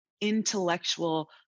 intellectual